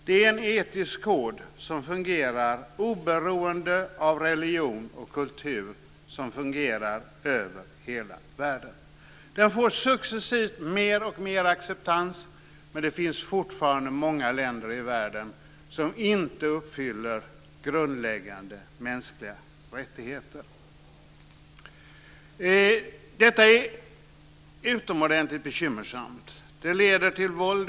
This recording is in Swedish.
Det är en etisk kod som fungerar oberoende av religion och kultur, och den fungerar över hela världen. Den får successivt mer och mer acceptans men det finns fortfarande många länder i världen som inte uppfyller grundläggande mänskliga rättigheter. Detta är utomordentligt bekymmersamt. Det leder till våld.